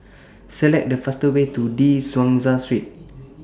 Select The fastest Way to De Souza Street